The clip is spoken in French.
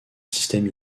système